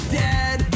dead